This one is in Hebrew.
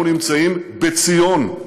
אנחנו נמצאים בציון,